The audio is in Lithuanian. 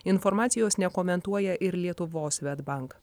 informacijos nekomentuoja ir lietuvos svedbank